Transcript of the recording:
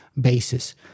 basis